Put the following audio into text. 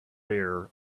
bare